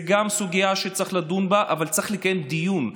גם זאת סוגיה שצריך לדון בה, אבל צריך לקיים דיון.